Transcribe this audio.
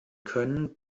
können